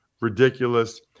ridiculous